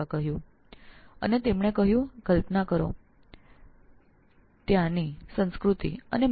તેઓએ કહ્યું કે એ ગ્રહની સંસ્કૃતિ વિષે કલ્પના કરો